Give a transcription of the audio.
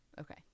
okay